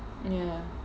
ya